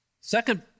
Second